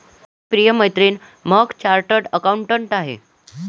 माझी प्रिय मैत्रीण महक चार्टर्ड अकाउंटंट आहे